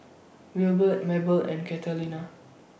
Wilbert Mabell and Catalina